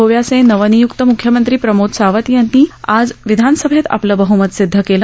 गोव्याचे नवनियुक्त मुख्यमंत्री प्रमोद सावंत यांनी आज विधानसभेत आपलं बह्मत सिद्ध केलं